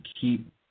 keep